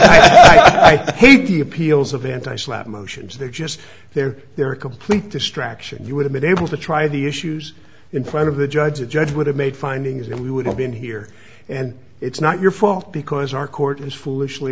say he appeals of anti slapp motions they're just they're they're a complete distraction you would have been able to try the issues in front of the judge a judge would have made finding is that we would all be in here and it's not your fault because our court is foolishly